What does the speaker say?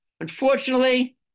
Unfortunately